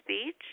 speech